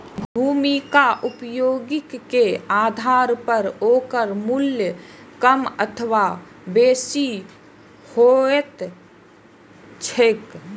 भूमिक उपयोगे के आधार पर ओकर मूल्य कम अथवा बेसी होइत छैक